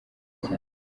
cyane